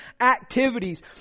activities